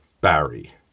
Barry